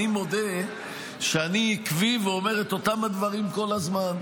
אני מודה שאני עקבי ואומר את אותם הדברים כל הזמן,